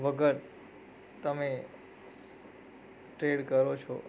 વગર તમે ટ્રેડ કરો છો